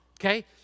okay